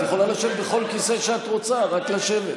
את יכולה לשבת בכל כיסא שאת רוצה, רק לשבת.